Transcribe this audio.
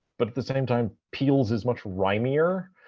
but at the same time peele's is much rhymier.